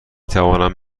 توانم